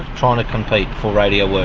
trying to compete for radio